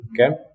Okay